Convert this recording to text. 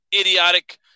idiotic